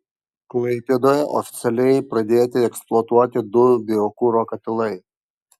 klaipėdoje oficialiai pradėti eksploatuoti du biokuro katilai